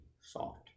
soft